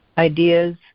Ideas